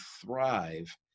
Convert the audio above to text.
thrive